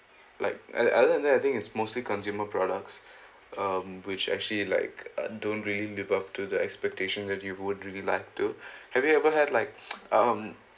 like ot~ other than that I think it's mostly consumer products um which actually like don't really live up to the expectation that you would really like to have you ever had like um